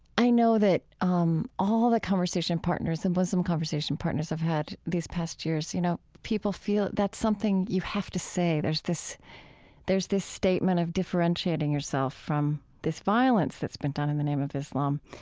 i know that um all the conversation partners and muslim conversation partners have had these past years, you know, people feel that's something you have to say. there's this there's this statement of differentiating yourself from this violence that's been done in the name of islam.